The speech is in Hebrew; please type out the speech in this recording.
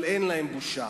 אבל אין להם בושה.